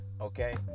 okay